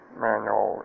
manual